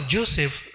Joseph